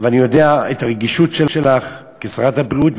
ואני יודע את הרגישות שלך כשרת הבריאות,